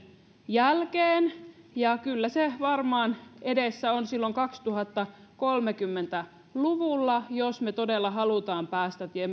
jälkeen ja kyllä se varmaan edessä on silloin kaksituhattakolmekymmentä luvulla jos me todella haluamme päästä